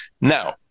Now